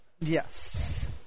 Yes